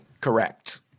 Correct